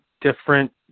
different